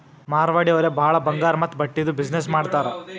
ಮಾರ್ವಾಡಿ ಅವ್ರೆ ಭಾಳ ಬಂಗಾರ್ ಮತ್ತ ಬಟ್ಟಿದು ಬಿಸಿನ್ನೆಸ್ ಮಾಡ್ತಾರ್